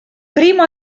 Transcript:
primo